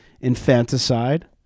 infanticide